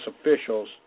officials